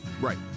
Right